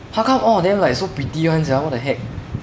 how come all of them like so pretty [one] sia what the heck